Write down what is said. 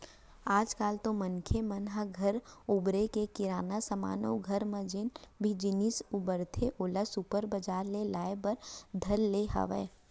आज काल तो मनसे मन ह घर बउरे के किराना समान अउ घर म जेन भी जिनिस बउरथे ओला सुपर बजार ले लाय बर धर ले हावय